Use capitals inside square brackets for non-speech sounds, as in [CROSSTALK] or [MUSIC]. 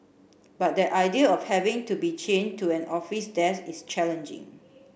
but that idea of having to be chained to an office desk is [UNINTELLIGIBLE]